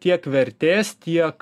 tiek vertės tiek